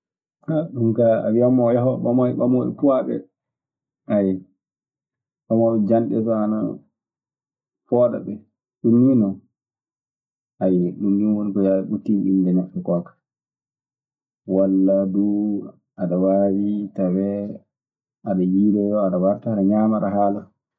Ɗum kaa a wiyan o yaha oo ɓamoya puwa e ɓamooɓe puwaaɓe. Ɓamooɓe janɗe so ana pooɗaɗum, ɗum nii woni ko yaawi ɓuttinɗinde neɗɗo koo kaa; walla duu aɗa waawi-tawee aɗa yiiloyoo aɗa warta. Aɗa ñaama aɗa haara.